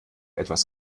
etwas